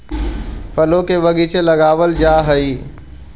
फलों के बगीचे लगावल जा हई